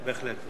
בהחלט.